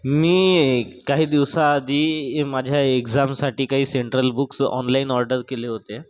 मी काही दिवसाआधी माझ्या एक्झामसाठी काही सेंट्रल बुक्स ऑनलाईन ऑर्डर केले होते